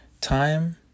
time